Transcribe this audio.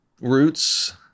roots